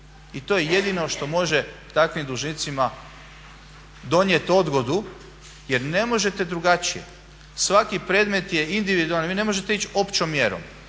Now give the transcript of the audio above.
I to je jedino što može takvim dužnicima donijeti odgodu jer ne možete drugačije. Svaki predmet je individualni, vi ne možete ići općom mjerom.